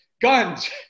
guns